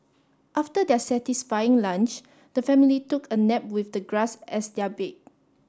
after their satisfying lunch the family took a nap with the grass as their bed